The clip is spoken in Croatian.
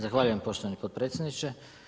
Zahvaljujem poštovani potpredsjedniče.